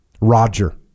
Roger